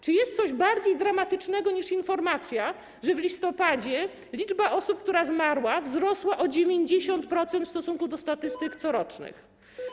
Czy jest coś bardziej dramatycznego niż informacja, że w listopadzie liczba osób, które zmarły, wzrosła o 90% w stosunku do corocznych statystyk?